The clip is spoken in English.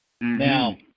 now